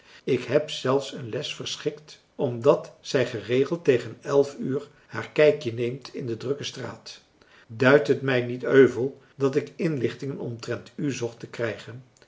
ik heb zelfs een les verschikt omdat zij geregeld tegen elf uur haar kijkje neemt in de drukke straat duid het mij niet euvel dat ik inlichtingen omtrent u zocht te krijgen